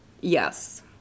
Yes